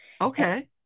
Okay